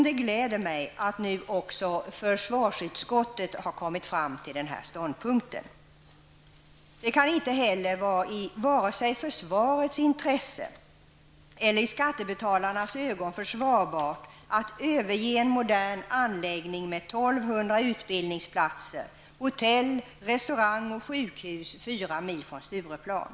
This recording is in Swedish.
Det gläder mig att nu också försvarsutskottet kommit fram till denna ståndpunkt. Det kan inte heller vara i vare sig försvarets intresse eller i skattebetalarnas ögon försvarbart att överge en modern anläggning med 1 200 mil från Stureplan.